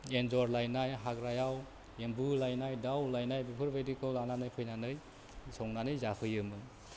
एन्जर लायनाय हाग्रायाव एमबु लायनाय दाउ लायनाय बिफोरबायदिखौ लानानै फैनानै संनानै जाफैयोमोन